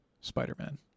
Spider-Man